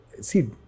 see